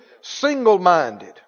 single-minded